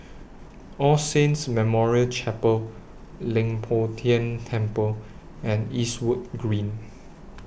All Saints Memorial Chapel Leng Poh Tian Temple and Eastwood Green